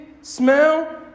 smell